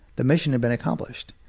the mission had been accomplished.